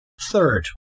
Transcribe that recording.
Third